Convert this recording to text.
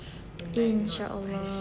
inshallah